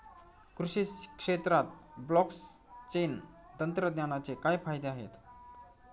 कृषी क्षेत्रात ब्लॉकचेन तंत्रज्ञानाचे काय फायदे आहेत?